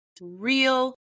real